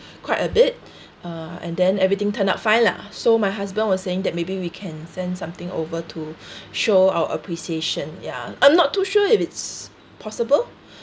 quite a bit uh and then everything turned out fine lah so my husband was saying that maybe we can send something over to show our appreciation ya I'm not too sure if it's possible